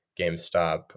GameStop